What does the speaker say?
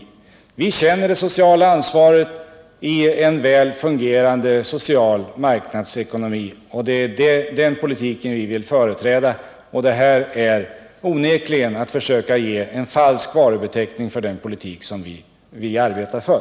Vi känner det sociala ansvaret och vill ha en väl fungerande social marknadsekonomi. Det är den politiken vi vill företräda, och det här är onekligen att försöka ge en falsk varubeteckning åt den politik som vi arbetar för.